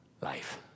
life